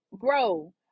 grow